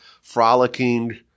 frolicking